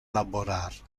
laborar